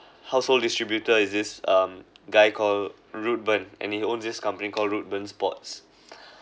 household distributor is this um guy called reuben and he owns this company called reuben's sports